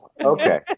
Okay